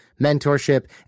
mentorship